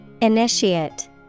Initiate